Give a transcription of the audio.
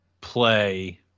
play